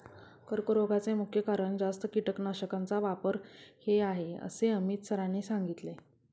कर्करोगाचे मुख्य कारण जास्त कीटकनाशकांचा वापर हे आहे असे अमित सरांनी सांगितले